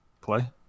play